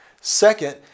Second